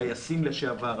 טייסים לשעבר,